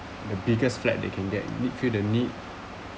the biggest flat they can get need feel the need